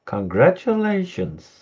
Congratulations